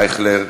אייכלר,